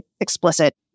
explicit